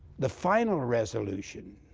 the final resolution